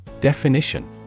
Definition